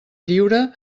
lliure